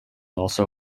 also